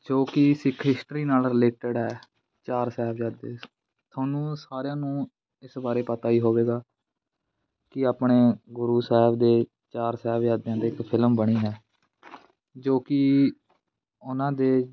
ਜੋ ਕਿ ਸਿੱਖ ਹਿਸਟਰੀ ਨਾਲ ਰਿਲੇਟਡ ਹੈ ਚਾਰ ਸਾਹਿਬਜ਼ਾਦੇ ਤੁਹਾਨੂੰ ਸਾਰਿਆਂ ਨੂੰ ਇਸ ਬਾਰੇ ਪਤਾ ਹੀ ਹੋਵੇਗਾ ਕਿ ਆਪਣੇ ਗੁਰੂ ਸਾਹਿਬ ਦੇ ਚਾਰ ਸਾਹਿਬਜ਼ਾਦਿਆਂ 'ਤੇ ਇੱਕ ਫਿਲਮ ਬਣੀ ਹੈ ਜੋ ਕਿ ਉਹਨਾਂ ਦੇ